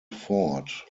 fort